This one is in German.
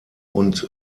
und